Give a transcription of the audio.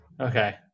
okay